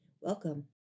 Welcome